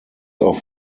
auf